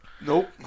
Nope